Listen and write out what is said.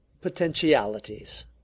potentialities